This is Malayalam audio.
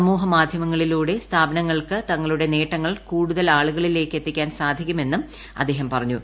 സമൂഹമാധ്യമങ്ങളിലൂടെ സ്ഥാപനങ്ങൾക്ക് തങ്ങളുടെ നേട്ടങ്ങൾ കൂടുതൽ ആളുകളിലേക്ക് എത്തിക്കാൻ സാധിക്കുമെന്നും അദ്ദേഹം പറഞ്ഞു